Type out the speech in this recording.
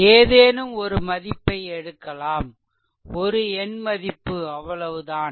ஏதேனும் ஒரு மதிப்பை எடுக்கலாம் ஒரு எண் மதிப்பு அவ்வளவுதான்